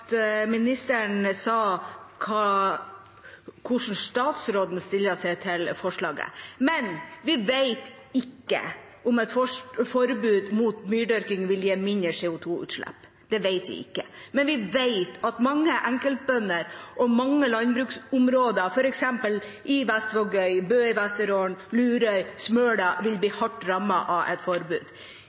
hvordan hun stiller seg til forslaget. Vi vet ikke om et forbud mot myrdyrking vil gi mindre CO 2 -utslipp. Det vet vi ikke. Men vi vet at mange enkeltbønder og mange landbruksområder, f.eks. i Vestvågøy, i Bø i Vesterålen, på Lurøy og på Smøla, vil bli hardt rammet av et forbud.